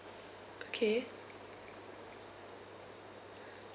okay